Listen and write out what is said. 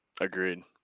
Agreed